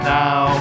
now